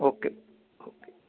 okay okay